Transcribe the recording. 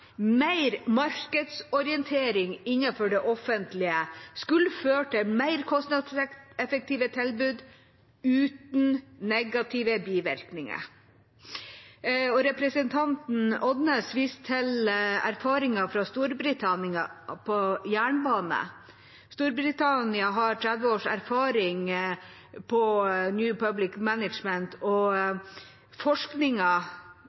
Mer markedsorientering innenfor det offentlige skulle føre til mer kostnadseffektive tilbud uten negative bivirkninger. Representanten Odnes viste til erfaringer fra jernbanen i Storbritannia. Storbritannia har 30 års erfaring med New Public Management,